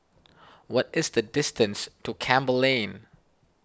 what is the distance to Campbell Lane